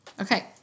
Okay